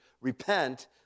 repent